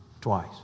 twice